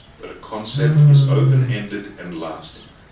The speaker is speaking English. but a concept is open-ended and lasting,